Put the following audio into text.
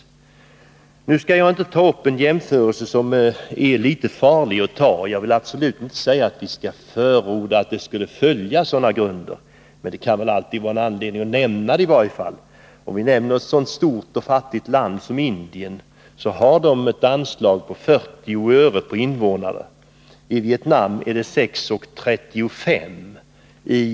Man kan göra en typ av jämförelse som är litet farlig — och jag vill absolut inte säga att vi skall låta oss styras av den — men som det ändå kan vara anledning att nämna i detta sammanhang. Ett så stort och fattigt land som Indien får ett anslag på 40 öre per invånare, medan motsvarande belopp för Vietnam är 6:35 kr.